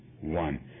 one